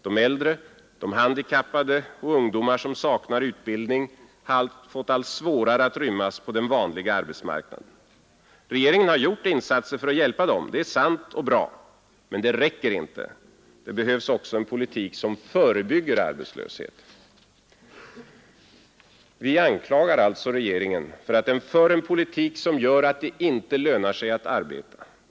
De äldre, de handikappade och ungdomar som saknar utbildning har fått allt svårare att rymmas på den vanliga arbetsmarknaden. Regeringen har gjort insatser för att hjälpa dem — det är sant. Men det räcker inte. Det behövs också en politik som förebygger arbetslöshet. Vi anklagar alltså regeringen för att den för en politik som gör att det inte lönar sig att arbeta.